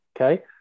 okay